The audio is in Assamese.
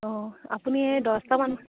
অঁ আপুনি এই দহটামান